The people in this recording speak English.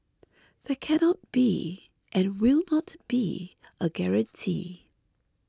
there cannot be and will not be a guarantee